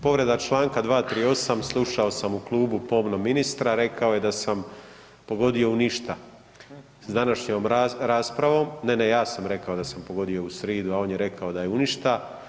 Povreda čl. 238., slušao sam u klubu pomno ministra, rekao je da sam pogodio u ništa s današnjom raspravom, ne, ne, ja sam rekao da sam pogodio u sridu a on je rekao da je u ništa.